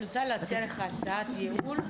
אני רוצה להציע לך הצעת ייעול,